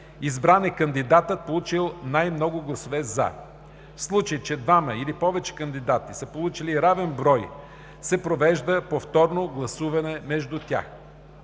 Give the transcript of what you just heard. избран е кандидатът, получил най-много гласове „за“. В случай че двама или повече кандидати са получили равен брой гласове, се провежда повторно гласуване между тях.